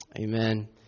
Amen